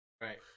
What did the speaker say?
Right